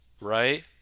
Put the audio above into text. right